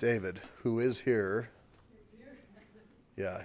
david who is here yeah